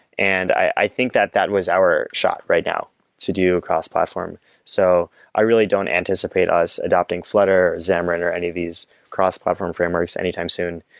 and i think that that was our shot right now to do a cost platform so i really don't anticipate us adopting flutter, xamarin or any of these cross-platform frameworks any time soon.